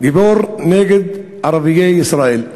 גיבור נגד ערביי ישראל,